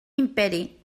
imperi